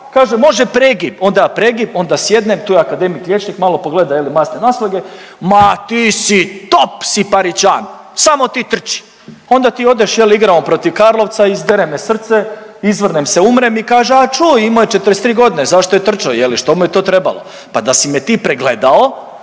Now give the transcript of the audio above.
kaže može pregib, onda ja pregib, onda sjednem, tu je akademik liječnik, malo pogleda je li masne naslage, ma ti si top si parićan, samo ti trči. Onda ti odeš je li igramo protiv Karlovca, izdere me srce, izvrnem se umrem i kaže a čuj imao je 43 godine zašto je trčao je li što mu je to trebalo. Pa da si me ti pregledao